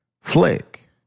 flick